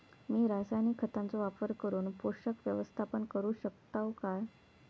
मी रासायनिक खतांचो वापर करून पोषक व्यवस्थापन करू शकताव काय?